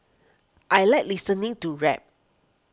I like listening to rap